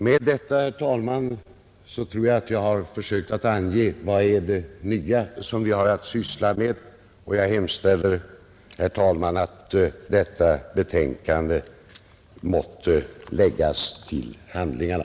Med detta, herr talman, har jag försökt ange det nya som vi har att syssla med. Jag hemställer, herr talman, att detta betänkande måtte läggas till handlingarna,